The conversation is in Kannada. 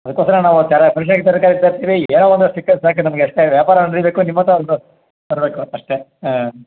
ಅದಕ್ಕೋಸ್ಕರ ನಾವು ಫ್ರೆಶ್ ಆಗಿ ತರಕಾರಿ ತರ್ತೀವಿ ಏನೋ ಒಂದಷ್ಟು ಸಿಕ್ಕರೆ ಸಾಕು ನಮಗೆ ಅಷ್ಟೇ ವ್ಯಾಪಾರ ನಡೀಬೇಕು ನಿಮ್ಮಂತೋರು ಒಂದು ಬರಬೇಕು ಅಷ್ಟೇ ಹಾಂ